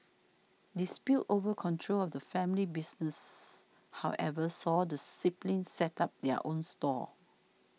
disputes over control of the family business however saw the siblings set up their own stalls